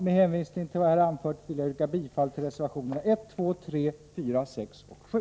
Med hänvisning till vad jag här anfört yrkar jag bifall till reservationerna 1, 2, 3, 4, 6 och 7.